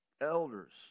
elders